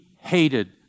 hated